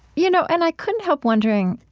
you know and i couldn't help wondering